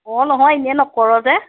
অঁ নহয় এনেই নকৰ যে